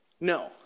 No